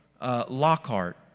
Lockhart